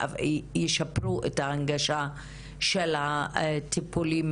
שקלים ישפרו את ההנגשה של הטיפולים